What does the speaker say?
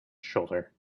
shoulder